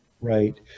right